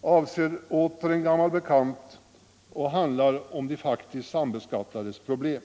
Trobro avser åter en gammal bekant fråga och handlar om de faktiskt sambeskattades problem.